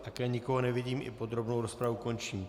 Také nikoho nevidím, i podrobnou rozpravu končím.